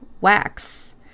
wax